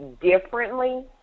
differently